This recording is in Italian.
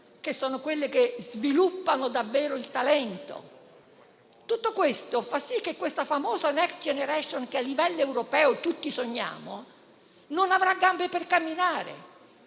che sono quelle che sviluppano davvero il talento? Tutto questo fa sì che questa famosa *next generation*, che a livello europeo tutti sogniamo, non avrà gambe per camminare;